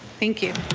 thank you.